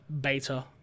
beta